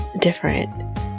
different